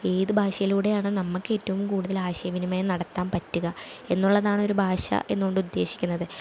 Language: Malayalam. ഏത് ഭാഷയിലൂടെയാണൊ നമുക്ക് ഏറ്റവും കൂടുതല് ആശയവിനിമയം നടത്താൻ പറ്റുക എന്നുള്ളതാണ് ഒരു ഭാഷ എന്ന് കൊണ്ട് ഉദ്ദേശിക്കുന്നത്